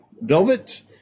velvet